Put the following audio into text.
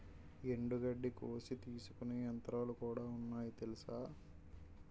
ఎండుగడ్డి కోసి తీసుకునే యంత్రాలుకూడా ఉన్నాయి తెలుసా?